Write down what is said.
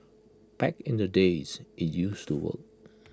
back in the days IT used to work